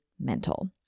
mental